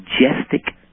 majestic